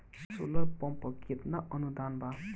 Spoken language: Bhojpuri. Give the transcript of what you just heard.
सोलर पंप पर केतना अनुदान बा?